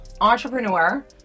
entrepreneur